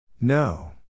No